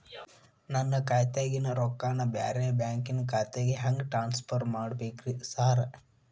ನನ್ನ ಖಾತ್ಯಾಗಿನ ರೊಕ್ಕಾನ ಬ್ಯಾರೆ ಬ್ಯಾಂಕಿನ ಖಾತೆಗೆ ಹೆಂಗ್ ಟ್ರಾನ್ಸ್ ಪರ್ ಮಾಡ್ಬೇಕ್ರಿ ಸಾರ್?